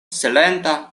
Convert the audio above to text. silenta